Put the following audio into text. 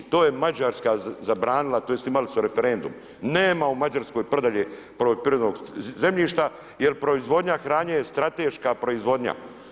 To je Mađarska zabranila, tj. imali su referendum, nema u Mađarskoj prodaje poljoprivrednog zemljišta, jer proizvodnja hrane je strateška proizvodnja.